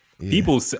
People